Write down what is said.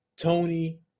Tony